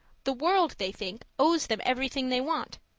the world, they think, owes them everything they want.